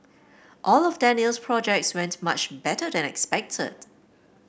all of Daniel's projects went much better than expected